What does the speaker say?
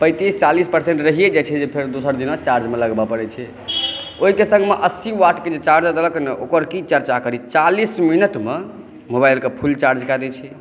पैंतीस चालीस पर्सेंट रहिय जाइ छै फेर दोसर दिना चार्जमे लगबऽ परै छै ओहिके सन्गमे अस्सी वाटक चार्जर देलक हँ ने ओकर की चरचा करी चालीस मिनटमे मोबाइलक फुल चार्ज कए दै छै